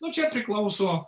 nu čia priklauso